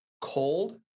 cold